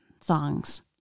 songs